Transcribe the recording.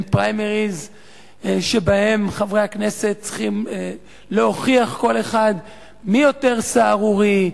הם פריימריז שבהם חברי הכנסת צריכים להוכיח כל אחד מי יותר סהרורי,